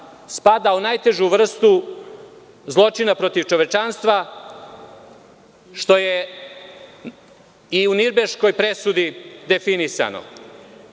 spada u najtežu vrstu zločina protiv čovečanstva, što je i u Nirnberškoj presudi definisano. Termin